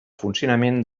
funcionament